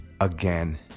again